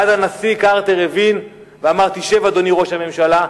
ואז הנשיא קרטר הבין ואמר: תשב, אדוני ראש הממשלה,